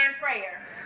prayer